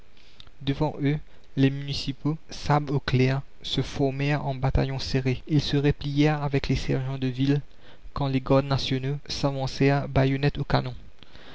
devant eux les municipaux sabre au clair se formèrent en bataillon serré ils se replièrent avec les sergents de ville quand les gardes nationaux s'avancèrent baïonnette au canon